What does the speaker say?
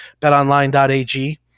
betonline.ag